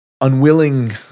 unwilling